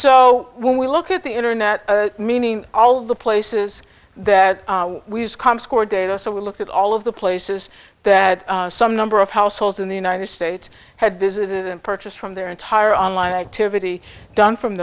so when we look at the internet meaning all of the places that we use com score data so we look at all of the places that some number of households in the united states had visited and purchased from their entire online activity done from